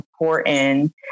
important